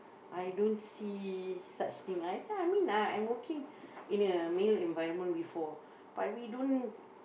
I don't see such things actually I mean uh I am working in a male environment before but we don't